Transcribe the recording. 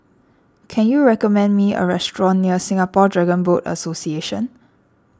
can you recommend me a restaurant near Singapore Dragon Boat Association